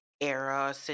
era